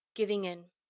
giving in.